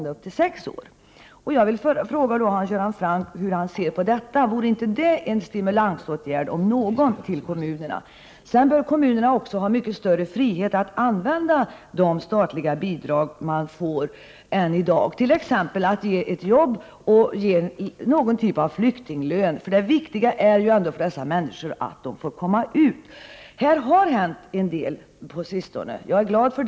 Allmänpolitisk debatt Jag vill fråga Hans Göran Franck hur han ser på detta. Vore inte detta en stimulansåtgärd om någon för kommunerna? Kommunerna borde också ha mycket större frihet i dag att använda de Ö er Flyktingpolitiken statliga bidrag som de får. Kommunerna borde t.ex. ha möjligheter att ge flyktingarna arbete och ge någon typ av flyktinglön för detta. Det viktiga för dessa människor är ju att de får komma ut i arbetslivet. Det har på sistone hänt en del, vilket jag är glad över.